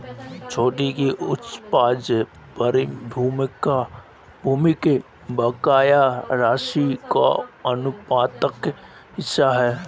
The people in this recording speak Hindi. छूट की उपज प्रारंभिक बकाया राशि का आनुपातिक हिस्सा है